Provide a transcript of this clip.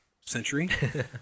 century